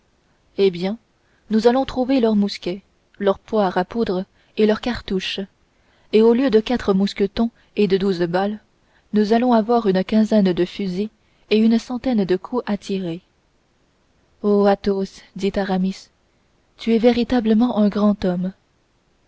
eh bien nous allons trouver leurs mousquets leurs poires à poudre et leurs cartouches et au lieu de quatre mousquetons et de douze balles nous allons avoir une quinzaine de fusils et une centaine de coups à tirer o athos dit aramis tu es véritablement un grand homme